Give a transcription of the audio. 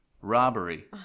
robbery